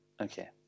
Okay